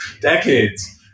Decades